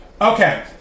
Okay